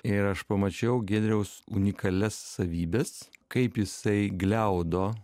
ir aš pamačiau giedriaus unikalias savybes kaip jisai gliaudo